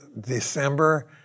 December